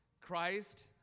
Christ